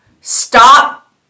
stop